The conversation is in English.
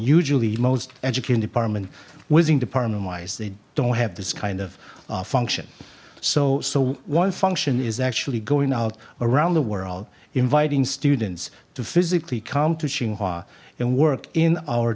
usually most education department wizzing department wise they don't have this kind of function so so one function is actually going out around the world inviting students to physically come to shanghai and work in our